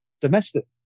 domestic